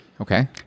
Okay